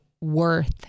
worth